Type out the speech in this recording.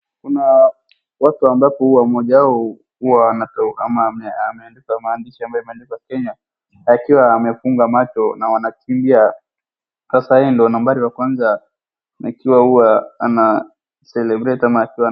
Kuna watu ambapo huwa mmoja wao huwa anakuwa ama ameandikwa maandishi ambayo imeandikwa Kenya, akiwa amefunga macho na anakimbia, sasa yeye ndio nambari ya kwanza na saa hio huwa ana celebrate ama akiwa na.